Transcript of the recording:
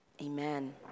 amen